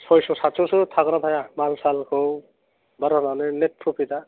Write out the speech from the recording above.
सयस' सातस'सो थागोन ना थाया माल सालखौ भारा लाना नेट प्रफिटा